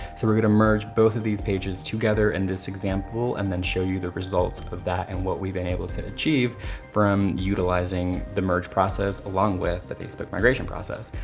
so we're gonna merge both of these pages together in this example and then show you the results of that and what we've been able to achieve from utilizing the merge process along with the facebook migration process.